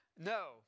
No